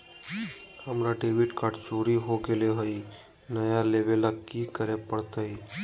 हमर debit card चोरी हो गेले हई, नया लेवे ल की करे पड़तई?